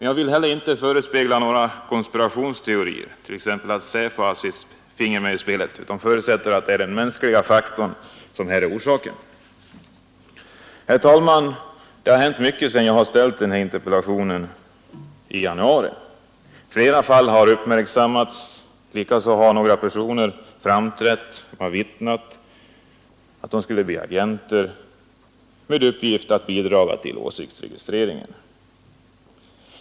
Jag vill inte förespegla några konspirationsteorier, t.ex. att SÄPO haft sitt finger med i spelet, utan förutsätter att det är den mänskliga faktorn som är orsaken. Herr talman! Det har hänt mycket sedan jag framställde den här interpellationen i januari. Flera fall har uppmärksammats, likaså har några personer framträtt och vittnat om att de skulle bli agenter med uppgift att bidra till åsiktsregistreringen.